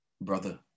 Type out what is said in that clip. Brother